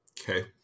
okay